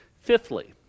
Fifthly